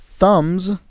Thumbs